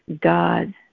God